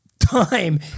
time